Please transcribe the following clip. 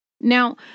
Now